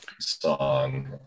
song